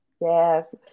Yes